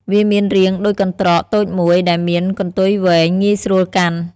វាមានរាងដូចកន្ត្រកតូចមួយដែលមានកន្ទុយវែង ងាយស្រួលកាន់។